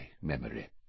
memory